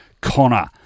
Connor